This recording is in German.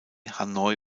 hanoi